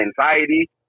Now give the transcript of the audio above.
anxiety